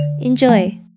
Enjoy